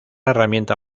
herramienta